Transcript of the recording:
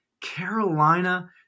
Carolina